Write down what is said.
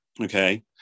okay